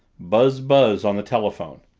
buzz-buzz on the telephone.